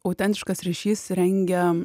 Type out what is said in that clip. autentiškas ryšys rengia